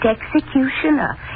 executioner